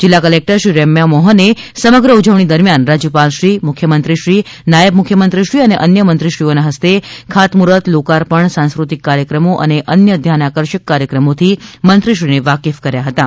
જિલ્લા કલેકટરશ્રી રેમ્યા મોહને સમગ્ર ઉજવણી દરમ્યાન રાજયપાલશ્રી મુખ્યમંત્રીશ્રી નાયબ મુખ્યમંત્રીશ્રી ને ન્ય મંત્રીશ્રીઓના હસ્તે ખાતમુહ્ર્ત લોકાર્પણ સાંસ્કૃતિક કાર્યક્રમો ન્ય ધ્યાનાકર્ષક કાર્યક્રમોથી મંત્રીશ્રીને વાકેફ કર્યા હતાં